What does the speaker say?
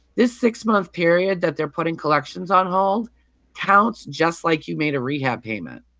this six-month period that they're putting collections on hold counts just like you made a rehab payment.